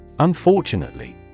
Unfortunately